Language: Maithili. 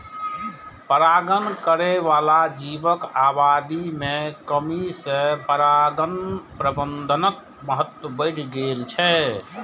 परागण करै बला जीवक आबादी मे कमी सं परागण प्रबंधनक महत्व बढ़ि गेल छै